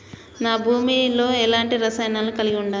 నా భూమి లో ఎలాంటి రసాయనాలను కలిగి ఉండాలి?